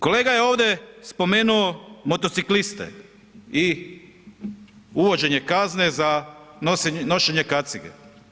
Kolega je ovdje spomenuo motocikliste i uvođenje kazne za nošenje kacige.